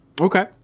Okay